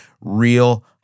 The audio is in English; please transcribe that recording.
real